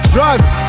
Drugs